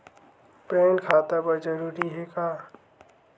Pan खाता बर जरूरी हे?